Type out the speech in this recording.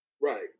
Right